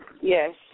Yes